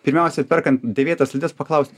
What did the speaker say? pirmiausia perkant dėvėtas slides paklausti